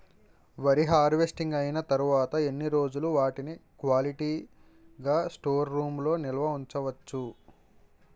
వరి హార్వెస్టింగ్ అయినా తరువత ఎన్ని రోజులు వాటిని క్వాలిటీ గ స్టోర్ రూమ్ లొ నిల్వ ఉంచ వచ్చు?